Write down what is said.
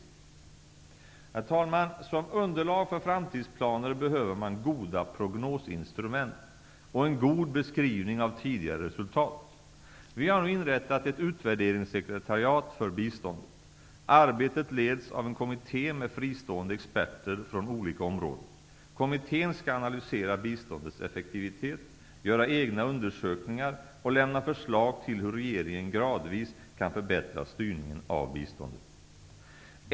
Herr talman! Som underlag för framtidsplaner behöver man goda prognosinstrument och en god beskrivning av tidigare resultat. Vi har nu inrättat ett utvärderingssekretariat för biståndet. Arbetet leds av en kommitté med fristående experter från olika områden. Kommittén skall analysera biståndets effektivitet, göra egna undersökningar och lämna förslag till hur regeringen gradvis kan förbättra styrningen av biståndet.